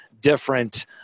different